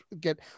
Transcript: get